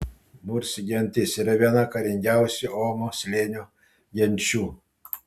mursi gentis yra viena karingiausių omo slėnio genčių